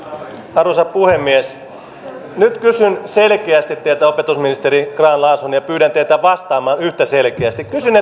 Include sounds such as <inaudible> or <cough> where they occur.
arvoisa puhemies nyt kysyn selkeästi teiltä opetusministeri grahn laasonen ja pyydän teitä vastaamaan yhtä selkeästi kysyn <unintelligible>